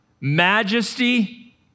majesty